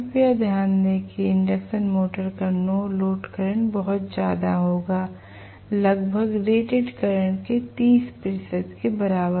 कृपया ध्यान दें कि इंडक्शन मोटर का नो लोड करंट बहुत ज्यादा होगा लगभग रेटेड करंट के 30 प्रतिशत के बराबर